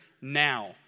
now